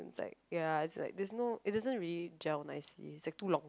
it's like ya it's like there's no it doesn't really gel nicely it's too long